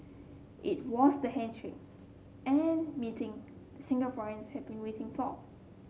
it was the handshake and meeting Singaporeans have been waiting for